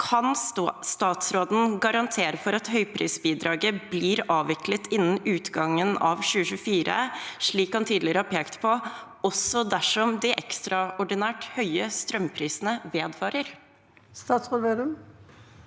Kan statsråden garantere for at høyprisbidraget blir avviklet innen utgangen av 2024, slik han tidligere har pekt på, også dersom de ekstraordinært høye strømprisene vedvarer? Statsråd Trygve